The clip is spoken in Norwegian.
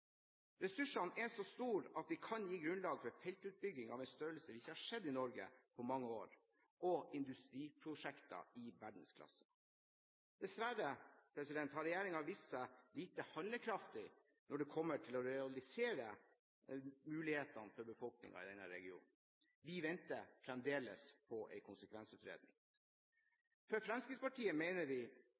Ressursene er så store at de kan gi grunnlag for en feltutbygging av en størrelse vi ikke har sett i Norge på mange år og industriprosjekter i verdensklasse. Dessverre har regjeringen vist seg lite handlekraftig når det kommer til å realisere mulighetene for befolkningen i denne regionen. Vi venter fremdeles på en konsekvensutredning. I Fremskrittspartiet mener vi